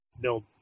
build